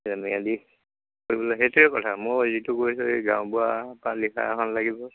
ম্যাদি কৰিবলৈ সেইটোৱে কথা মই যিটো কৈছোঁ এই গাঁওবুঢ়াৰপৰা লিখা এখন লাগিব